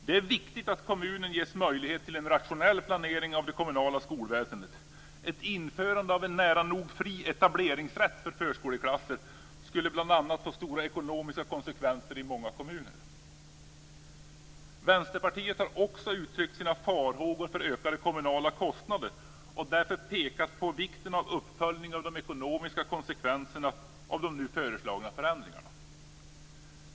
Det är viktigt att kommunen ges möjlighet till en rationell planering av det kommunala skolväsendet. Ett införande av en nära nog fri etableringsrätt för förskoleklasser skulle bl.a. få stora ekonomiska konsekvenser i många kommuner. Vänsterpartiet har också uttryckt sina farhågor för ökade kommunala kostnader och därför pekat på vikten av uppföljning av de ekonomiska konsekvenserna av de nu föreslagna förändringarna.